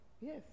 Yes